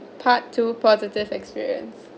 part two positive experience